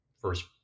first